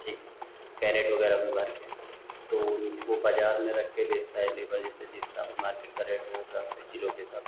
एक कैरेट वगैरह में भरकर तो उनको बाज़ार में रखकर बेचता है लेबर जैसे जिस हिसाब से मार्केट का रेट हो वह हिसाब से किलो के हिसाब से